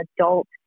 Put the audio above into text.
adult